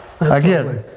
Again